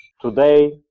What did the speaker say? today